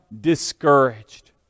discouraged